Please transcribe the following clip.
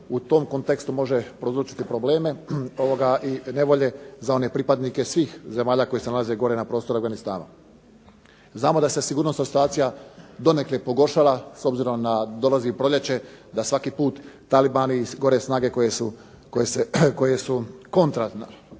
u tom kontekstu može prouzročiti nevolje za pripadnike svih zemalja koje se nalaze gore na prostoru Afganistana. Znamo da se sigurnosna situacija donekle pogoršala, s obzirom da dolazi proljeće, da svaki put talibani, gore snage koje su kontra